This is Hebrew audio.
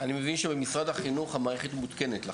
אני מבין שבמשרד החינוך המערכת מותקנת.